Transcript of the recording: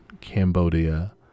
Cambodia